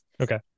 okay